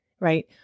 right